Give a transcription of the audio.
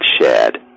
shared